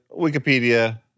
Wikipedia